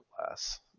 less